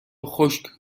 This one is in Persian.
خشک